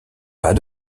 pas